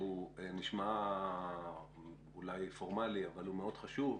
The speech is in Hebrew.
שנשמע אולי פורמלי אבל הוא מאוד חשוב,